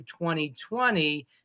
2020